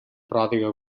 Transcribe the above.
pròdiga